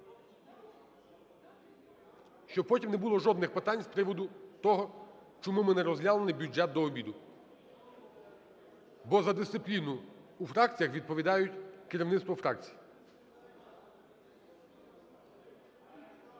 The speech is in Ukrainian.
щоб потім не було жодних питань з приводу того чому ми не розглянули бюджет до обіду. Бо за дисципліну у фракціях відповідають керівництво фракцій.